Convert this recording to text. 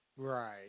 Right